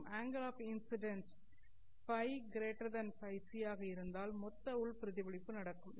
மற்றும் angle of incidence Ф Фc ஆக இருந்தால் மொத்த உள் பிரதிபலிப்பு நடக்கும்